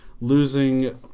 losing